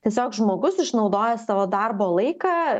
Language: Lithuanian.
tiesiog žmogus išnaudoja savo darbo laiką